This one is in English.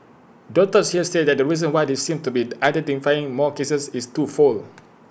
doctors here say that the reason why they seem to be identifying more cases is twofold